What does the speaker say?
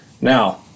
Now